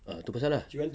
ah tu pasal ah